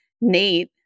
Nate